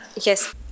yes